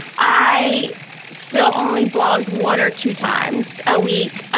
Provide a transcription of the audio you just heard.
i still only blogged one or two times a week.